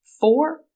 four